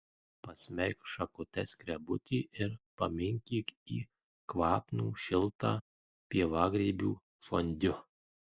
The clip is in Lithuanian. pasmeik šakute skrebutį ir paminkyk į kvapnų šiltą pievagrybių fondiu